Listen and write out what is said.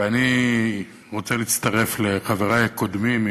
אני רוצה להצטרף לחברי הקודמים.